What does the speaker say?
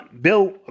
Bill